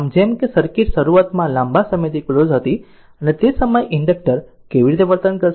આમ જેમ કે સર્કિટ શરૂઆતમાં લાંબા સમયથી ક્લોઝ હતી અને તે સમયે ઇન્ડક્ટર કેવી રીતે વર્તન કરશે